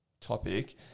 topic